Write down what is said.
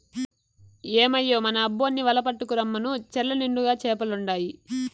ఏమయ్యో మన అబ్బోన్ని వల పట్టుకు రమ్మను చెర్ల నిండుగా చేపలుండాయి